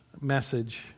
message